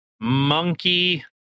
monkey